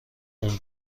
اون